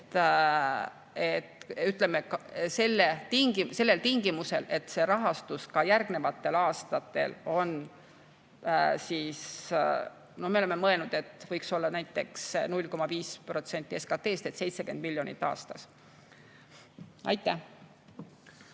ütleme, sellel tingimusel, et see rahastus ka järgnevatel aastatel on siis, no me oleme mõelnud, et võiks olla näiteks 0,5% SKT‑st ehk 70 miljonit aastas. No